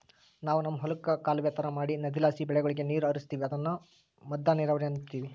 ನಾವು ನಮ್ ಹೊಲುಕ್ಕ ಕಾಲುವೆ ತರ ಮಾಡಿ ನದಿಲಾಸಿ ಬೆಳೆಗುಳಗೆ ನೀರು ಹರಿಸ್ತೀವಿ ಅದುನ್ನ ಮದ್ದ ನೀರಾವರಿ ಅಂಬತೀವಿ